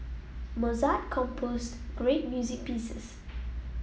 Mozart composed great music pieces